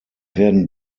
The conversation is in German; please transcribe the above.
werden